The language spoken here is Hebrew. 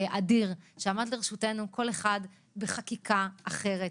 שעמד לרשותנו כל אחד בחקיקה אחרת,